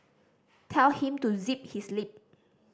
tell him to zip his lip